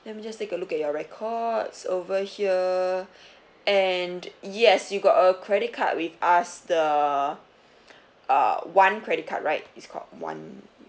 let me just take a look at your records over here and yes you got a credit card with us the uh one credit card right it's called one